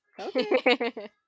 Okay